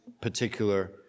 particular